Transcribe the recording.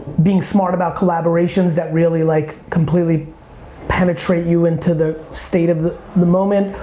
being smart about collaborations that really like completely penetrate you into the state of the the moment?